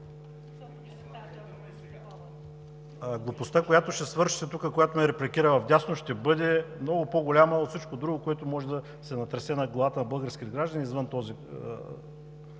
Глупостта, която ще свършите тук, която ме репликира вдясно, ще бъде много по-голяма от всичко друго, което може да се натресе на главата на българските граждани извън тази